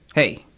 hey,